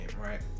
right